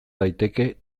daiteke